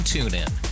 TuneIn